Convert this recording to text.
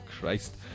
Christ